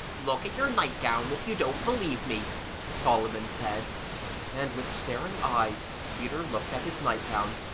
look at your nightgown, if you don't believe me solomon said and with staring eyes peter looked at his nightgown,